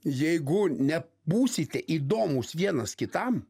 jeigu nebūsite įdomūs vienas kitam